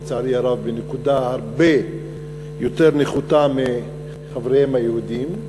לצערי הרב בנקודה הרבה יותר נחותה מחבריהם היהודים,